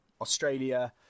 Australia